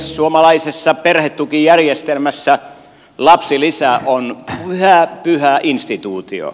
suomalaisessa perhetukijärjestelmässä lapsilisä on yhä pyhä instituutio